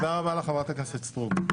תודה רבה לך, חברת הכנסת סטרוק.